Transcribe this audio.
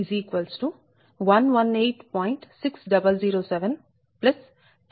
3637